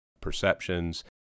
perceptions